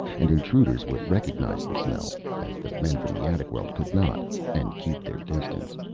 and intruders would recognize the smell as the men from the attic world could not and keep their distance.